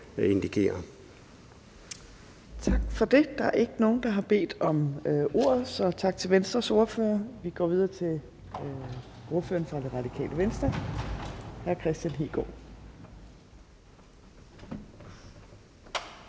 Torp): Tak for det. Der er ikke nogen, der har bedt om ordet, så vi siger tak til Venstres ordfører. Vi går videre til ordføreren for Det Radikale Venstre, hr. Kristian Hegaard.